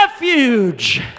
refuge